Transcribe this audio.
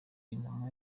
intumwa